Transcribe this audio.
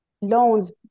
loans